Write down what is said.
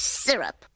syrup